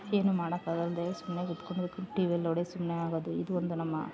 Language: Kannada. ಏನು ಮಾಡೋಕಾಗಲ್ದೆ ಸುಮ್ಮನೆ ಇಟ್ಕೋಬೇಕು ಟಿ ವಿಯಲ್ಲಿ ನೋಡೇ ಸುಮ್ಮನೆ ಆಗೋದು ಇದು ಒಂದು ನಮ್ಮ